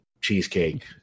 cheesecake